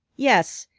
yes,